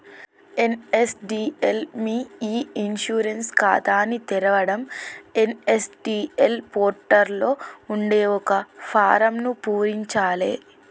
NSDL మీ e insurance ఖాతాని తెరవడం ఎన్.ఎస్.డి.ఎల్ పోర్టల్ లో ఉండే ఒక ఫారమ్ను పూరించాలే